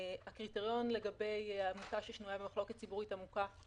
הקריטריון לגבי עמותה ששנויה במחלוקת ציבורית עמוקה,